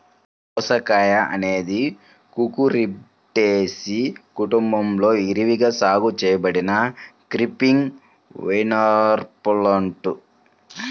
దోసకాయఅనేది కుకుర్బిటేసి కుటుంబంలో విరివిగా సాగు చేయబడిన క్రీపింగ్ వైన్ప్లాంట్